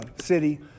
city